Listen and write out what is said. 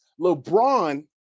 LeBron